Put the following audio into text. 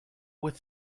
with